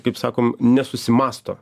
kaip sakom nesusimąsto